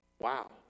wow